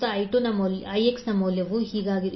5 20 11 0 220 ಈಗ V1 ನ ಮೌಲ್ಯ V1∆1∆30015 j518